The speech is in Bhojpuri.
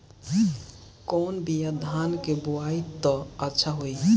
कौन बिया धान के बोआई त अच्छा होई?